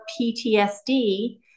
PTSD